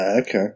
Okay